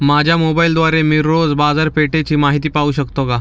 माझ्या मोबाइलद्वारे मी रोज बाजारपेठेची माहिती पाहू शकतो का?